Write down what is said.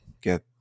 get